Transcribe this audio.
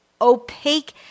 opaque